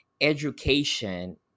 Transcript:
education